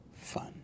fun